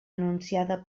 anunciada